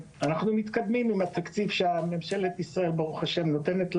אנחנו מתקדמים עם התקציב שממשלת ישראל ברוך השם נותנת לנו,